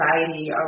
anxiety